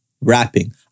rapping